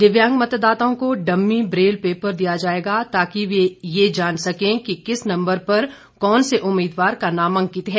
दिव्यांग मतदाताओं को डम्मी ब्रेल पेपर दिया जाएगा ताकि वे ये जान सकें कि किस नम्बर पर कौन से उम्मीदवार का नाम अंकित है